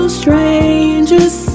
strangers